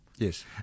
Yes